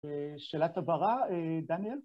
ושאלת הברא, דניאל.